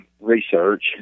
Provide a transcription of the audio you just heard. research